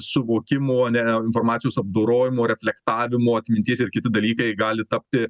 suvokimo ane informacijos apdorojimo reflektavimo atminties ir kiti dalykai gali tapti